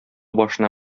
башына